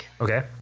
Okay